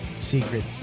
Secret